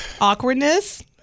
awkwardness